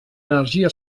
energia